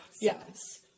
yes